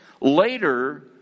Later